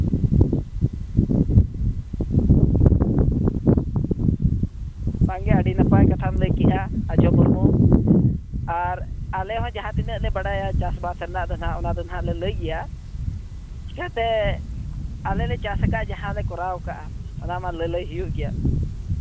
ᱵᱟᱝᱜᱮ ᱟᱹᱰᱤ ᱱᱟᱯᱟᱭ ᱠᱟᱛᱷᱟᱢ ᱞᱟᱹᱭ ᱠᱮᱜᱼᱟ ᱟᱡᱷᱚ ᱢᱩᱨᱢᱩ ᱟᱨ ᱟᱞᱮ ᱦᱚᱸ ᱡᱟᱦᱟᱸ ᱛᱤᱱᱟᱹᱜ ᱞᱮ ᱵᱟᱰᱟᱭᱟ ᱪᱟᱥᱵᱟᱥ ᱨᱮᱱᱟᱜ ᱫᱚ ᱱᱟᱜ ᱚᱱᱟ ᱫᱚ ᱱᱟᱜ ᱞᱮ ᱞᱟᱹᱭ ᱜᱮᱭᱟ ᱪᱤᱠᱟᱹᱛᱮ ᱟᱞᱮ ᱞᱮ ᱪᱟᱥᱟᱠᱟᱜᱼᱟ ᱡᱟᱦᱟᱸᱞᱮ ᱠᱚᱨᱟᱣ ᱟᱠᱟᱜᱼᱟ ᱚᱱᱟ ᱢᱟ ᱞᱟᱹᱞᱟᱹᱭ ᱦᱩᱭᱩᱜ ᱜᱮᱭᱟ